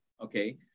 okay